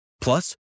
Plus